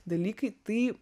dalykai tai